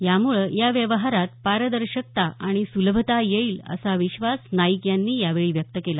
यामुळं या व्यवहारात पारदर्शक्ता आणि सुलभता येईल असा विश्वास नाईक यांनी यावेळी व्यक्त केला